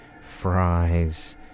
fries